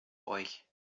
euch